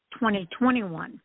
2021